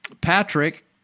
Patrick